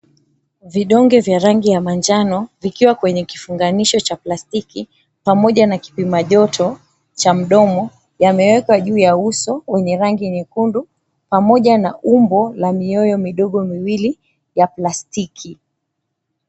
Vidonge vya rangi ya manjano vikiwa kwenye kifunganisho cha plastiki pamoja na kipima joto cha mdomo yamewekwa juu ya uso wenye rangi nyekundu pamoja na umbo na mioyo midogo miwili ya plastiki.